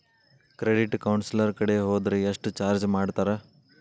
Credit counsellor ಕಡೆ ಹೊದ್ರ ಯೆಷ್ಟ್ ಚಾರ್ಜ್ ಮಾಡ್ತಾರ?